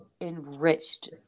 enriched